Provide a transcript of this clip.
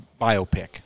biopic